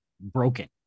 broken